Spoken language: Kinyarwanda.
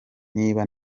niba